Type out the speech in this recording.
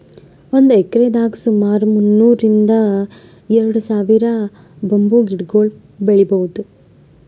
ಒಂದ್ ಎಕ್ರೆದಾಗ್ ಸುಮಾರ್ ಮುನ್ನೂರ್ರಿಂದ್ ಎರಡ ಸಾವಿರ್ ಬಂಬೂ ಗಿಡಗೊಳ್ ಬೆಳೀಭೌದು